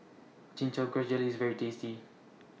Chin Chow Grass Jelly IS very tasty